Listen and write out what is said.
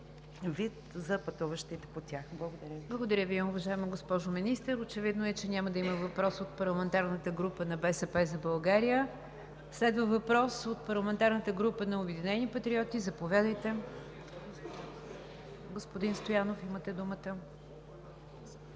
ПРЕДСЕДАТЕЛ НИГЯР ДЖАФЕР: Благодаря Ви, уважаема госпожо Министър. Очевидно е, че няма да има въпрос от парламентарната група на „БСП за България“. Следва въпрос от парламентарната група на „Обединени патриоти“. Заповядайте, господин Стоянов.